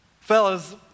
fellas